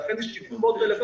לכן זה שיקול מאוד רלוונטי.